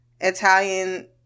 italian